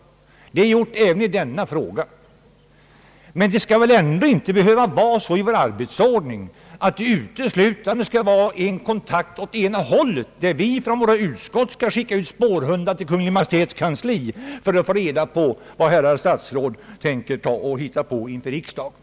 Det har gjorts även i denna fråga. Men det skall väl ändå inte behöva vara så i vår arbetsordning, att det uteslutande skall förekomma en kontakt bara åt ena hållet, som innebär att våra utskott skall behöva skicka ut spårhundar till Kungl. Maj:ts kansli för att få reda på vilka förslag herrar statsråd tänker lägga fram i riksdagen.